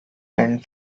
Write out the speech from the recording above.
and